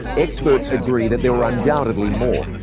experts agree that there were undoubtedly more,